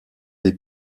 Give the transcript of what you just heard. des